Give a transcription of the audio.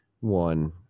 one